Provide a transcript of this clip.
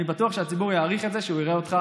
אני בטוח שהציבור יעריך את זה שהוא יראה אותך